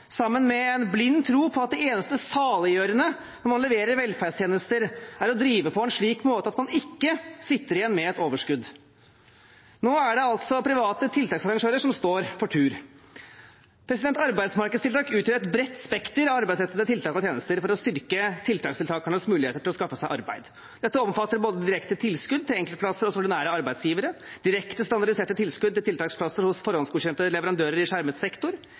sammen med en blind tro på at det eneste saliggjørende når man leverer velferdstjenester, er å drive på en slik måte at man ikke sitter igjen med et overskudd. Nå er det altså private tiltaksarrangører som står for tur. Arbeidsmarkedstiltak utgjør et bredt spekter av arbeidsrettede tiltak og tjenester for å styrke tiltaksdeltakernes muligheter til å skaffe seg arbeid. Dette omfatter både direkte tilskudd til enkeltplasser hos ordinære arbeidsgivere, direkte standardiserte tilskudd til tiltaksplasser hos forhåndsgodkjente leverandører i skjermet sektor,